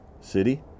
city